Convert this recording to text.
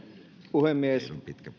puhemies